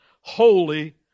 holy